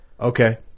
Okay